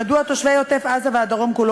ומדוע תושבי עוטף-עזה והדרום כולו,